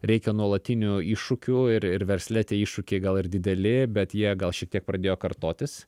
reikia nuolatinių iššūkių ir ir versle tie iššūkiai gal ir dideli bet jie gal šiek tiek pradėjo kartotis